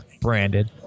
branded